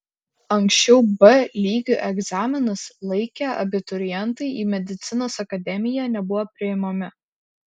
anksčiau b lygiu egzaminus laikę abiturientai į medicinos akademiją nebuvo priimami